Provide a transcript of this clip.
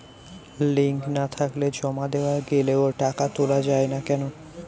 Link না থাকলে জমা দেওয়া গেলেও টাকা তোলা য়ায় না কেন?